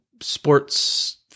sports